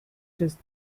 just